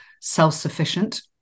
self-sufficient